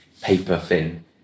paper-thin